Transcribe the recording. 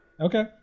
okay